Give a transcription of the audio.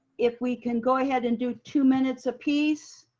if we can go ahead and do two minutes a piece,